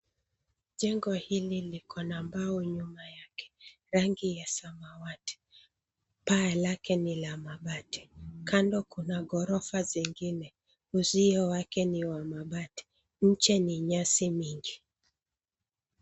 Jengo hili liko na mbao nyuma yake, rangi ya samawati. Paa lake ni la mabati. Kando kuna ghorofa zingine. Uzio wake ni wa mabati. Nje ni nyasi mingi.